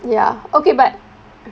ya okay but